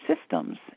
systems